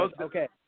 okay